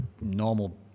normal